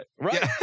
right